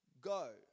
go